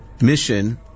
mission